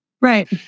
Right